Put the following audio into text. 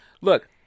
look